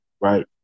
right